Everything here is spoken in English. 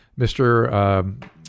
Mr